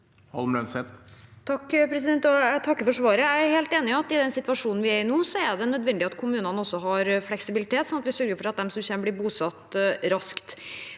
Jeg takker for svaret. Jeg er helt enig i at i den situasjonen vi er i nå, er det nødvendig at kommunene også har fleksibilitet, sånn at vi sørger for at de som kommer, blir bosatt raskt.